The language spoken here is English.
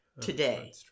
today